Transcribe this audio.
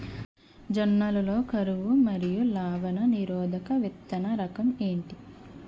జొన్న లలో కరువు మరియు లవణ నిరోధక విత్తన రకం ఏంటి?